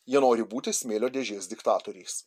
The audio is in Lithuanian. jie nori būti smėlio dėžės diktatoriais